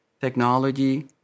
technology